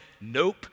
Nope